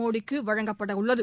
மோடிக்கு வழங்கப்படவுள்ளது